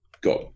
got